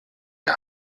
der